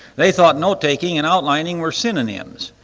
they thought note-taking and outlining were synonyms.